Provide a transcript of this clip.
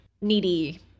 Needy